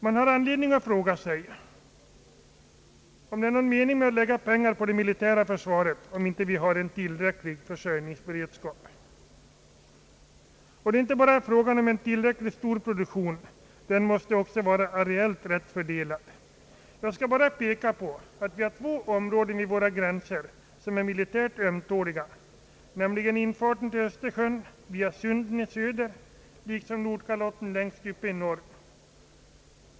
Man har anledning att fråga sig om det är någon mening med att lägga pengar på det militära försvaret om vi inte har en tillräcklig försörjningsberedskap — och då gäller det inte bara en tillräckligt stor produktion, den måste också vara areellt rätt fördelad. Jag skall bara peka på att vi har två områden vid våra gränser som är militärt ömtåliga, nämligen infarten till Östersjön via sunden i söder och Nordkalotten längst uppe i norr.